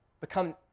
become